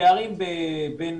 הפערים בין